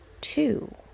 two